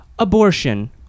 Abortion